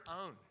own